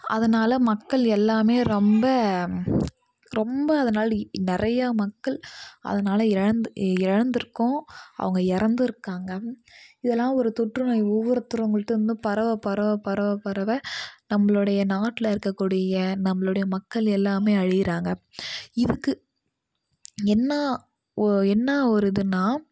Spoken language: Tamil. அதனால் மக்கள் எல்லாமே ரொம்ப ரொம்ப அதனால் நிறைய மக்கள் அதனால் இழந்து இழந்திருக்கோம் அவங்க இறந்துருக்காங்க இதெல்லாம் ஒரு தொற்று நோய் ஒவ்வொருத்தவங்களுக்கிட்ட இருந்தும் பரவ பரவ பரவ பரவ நம்மளுடைய நாட்டிள் இருக்க கூடிய நம்மளுடைய மக்கள் எல்லாமே அழியிறாங்க இதுக்கு என்ன ஓ என்ன ஒரு இதுனால்